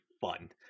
fun